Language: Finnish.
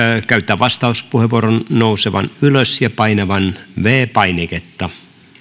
käyttää vastauspuheenvuoron nousemaan ylös ja painamaan viides painiketta